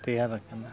ᱛᱮᱭᱟᱨ ᱟᱠᱟᱱᱟ